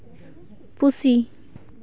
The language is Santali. ᱯᱩᱥᱤ